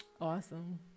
Awesome